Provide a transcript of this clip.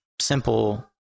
simple